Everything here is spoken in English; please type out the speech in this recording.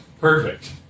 Perfect